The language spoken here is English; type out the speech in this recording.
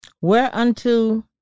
whereunto